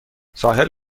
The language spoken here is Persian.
ساحل